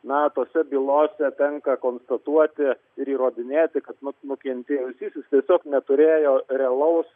na tose bylose tenka konstatuoti ir įrodinėti kad vat nukentėjusysis tiesiog neturėjo realaus